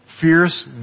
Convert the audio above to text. fierce